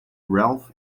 ralph